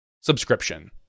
subscription